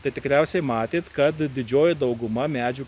tai tikriausiai matėt kad didžioji dauguma medžių